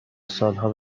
سالها